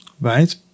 right